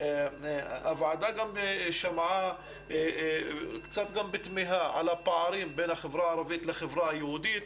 הוועדה גם שמעה קצת בתמיהה על הפערים בין החברה הערבית לחברה היהודית,